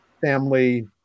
family